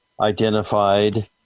identified